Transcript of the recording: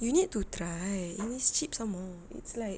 you need to try and it's cheap some more it's like